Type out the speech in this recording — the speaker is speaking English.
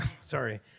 Sorry